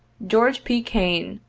george p. kane,